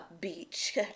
beach